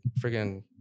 freaking